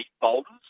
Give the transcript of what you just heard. boulders